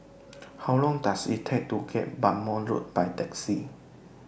How Long Does IT Take to get Bhamo Road By Taxi